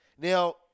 Now